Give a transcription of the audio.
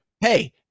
hey